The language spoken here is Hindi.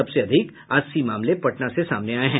सबसे अधिक अस्सी मामले पटना से सामने आये हैं